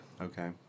okay